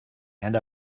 and